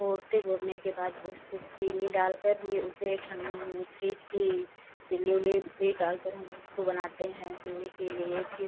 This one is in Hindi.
घोलते घोलने के बाद उसको चीनी डालकर भी उसे ठण्डी फ़्रिज़ की सिल्ली उल्ली भी डालकर हम उसको बनाते हैं पीने के लिए फिर